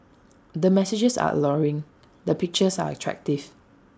the messages are alluring the pictures are attractive